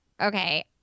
Okay